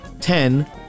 ten